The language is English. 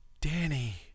Danny